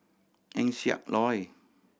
Eng Siak Loy